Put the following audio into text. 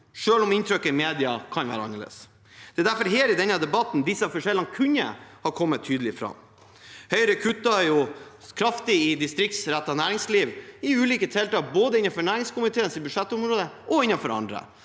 selv om inntrykket i media kan være annerledes. Det er derfor her i debatten disse forskjellene kunne ha kommet tydelig fram. Høyre kutter kraftig i distriktsrettet næringsliv i ulike tiltak både innenfor næringskomiteens budsjettområde og innenfor andre.